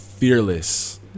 fearless